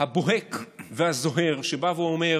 הבוהק והזוהר שבא ואומר: